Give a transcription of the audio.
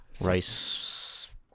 Rice